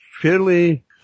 fairly